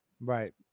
Right